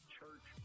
Church